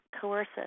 coercive